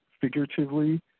figuratively